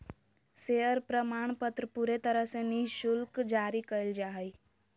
share प्रमाणपत्र पूरे तरह से निःशुल्क जारी कइल जा हइ